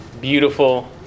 beautiful